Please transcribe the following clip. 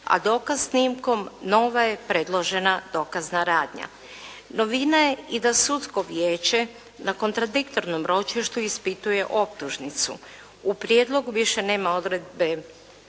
a dokaz snimkom nova je predložena dokazna radnja. Novina je i da sudsko vijeće na kontradiktornom ročištu ispituje optužnicu. U prijedlogu više nema odredbe